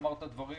אמרת דברים